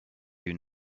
you